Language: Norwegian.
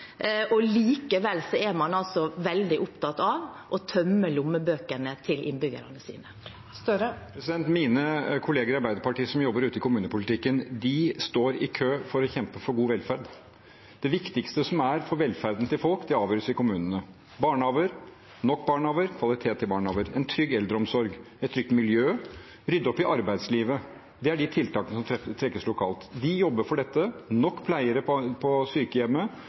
og likevel er man veldig opptatt av å tømme lommebøkene til innbyggerne sine? Mine kolleger i Arbeiderpartiet som jobber ute i kommunepolitikken, står i kø for å kjempe for god velferd. Det viktigste for velferden til folk avgjøres i kommunene – nok barnehager, kvalitet i barnehager, en trygg eldreomsorg, et trygt miljø, å rydde opp i arbeidslivet. Det er de tiltakene som treffes lokalt. De jobber for dette – nok pleiere på sykehjemmet,